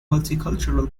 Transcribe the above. multicultural